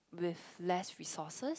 with less resources